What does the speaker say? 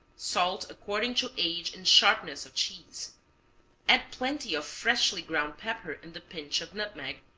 salt according to age and sharpness of cheese add plenty of freshly ground pepper and the pinch of nutmeg.